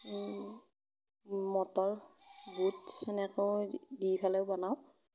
motor বুট সেনেকৈ দি পেলাইও বনাওঁ